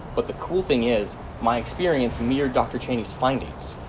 but the cool thing is my experience mirrored dr. cheney's findings.